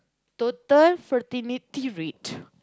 total fertility rate